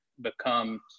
become